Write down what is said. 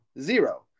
zero